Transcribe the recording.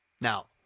Now